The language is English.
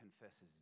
confesses